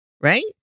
Right